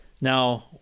Now